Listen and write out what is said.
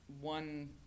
one